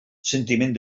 sentiment